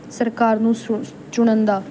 ਸਰਕਾਰ ਨੂੰ ਸੁ ਚੁਣਨ ਦਾ